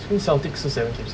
I think celtics 是 seven games